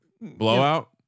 blowout